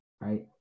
right